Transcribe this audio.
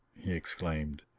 he exclaimed.